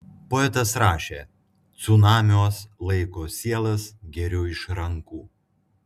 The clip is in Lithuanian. poetas rašė cunamiuos laiko sielas geriu iš rankų